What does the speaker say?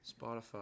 spotify